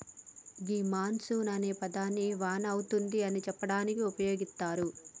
గీ monsoon అనే పదాన్ని వాన అతుంది అని సెప్పడానికి ఉపయోగిత్తారు